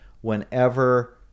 whenever